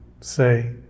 say